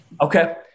okay